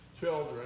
children